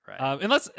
right